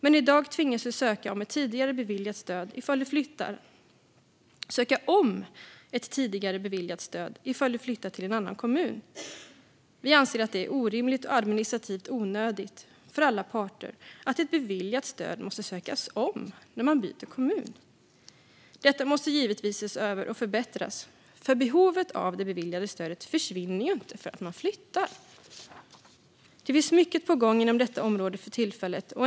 Men i dag tvingas man söka om ett tidigare beviljat stöd ifall man flyttar till en annan kommun. Vi anser att det är orimligt och administrativt onödigt för alla parter att ett beviljat stöd måste sökas om när man byter kommun. Detta måste givetvis ses över och förbättras, för behovet av det beviljade stödet försvinner ju inte för att man flyttar. Det finns mycket på gång inom detta område för tillfället.